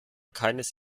keines